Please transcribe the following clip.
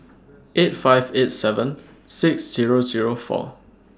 eight five eight seven six Zero Zero four